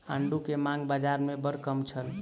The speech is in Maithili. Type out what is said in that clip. आड़ू के मांग बाज़ार में बड़ कम छल